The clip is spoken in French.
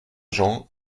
gens